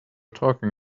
talking